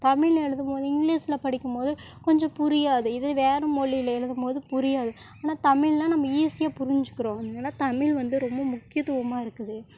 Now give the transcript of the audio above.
தமிழ்ல எழுதும் போது இங்கிலீஸ்ல படிக்கும் போது கொஞ்சம் புரியாது இதே வேற மொழியில எழுதும் போது புரியாது ஆனால் தமிழ்ல நம்ம ஈசியாக புரிஞ்சுக்கிறோம் அதனால தமிழ் வந்து ரொம்ப முக்கியத்துவமாக இருக்குது